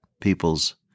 people's